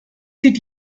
zieht